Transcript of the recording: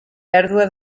pèrdua